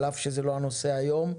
על אף שזה לא הנושא היום.